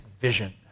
vision